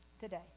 today